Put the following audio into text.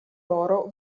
loro